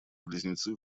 близнецы